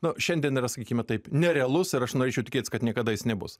nu šiandien yra sakykime taip nerealus ir aš norėčiau tikėtis kad niekada jis nebus